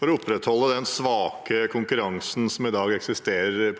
for å opprettholde den svake konkurransen som eksisterer.